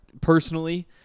personally